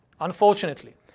unfortunately